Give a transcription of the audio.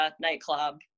nightclub